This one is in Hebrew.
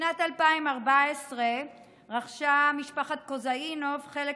בשנת 2014 רכשה משפחת כוזהינוף חלק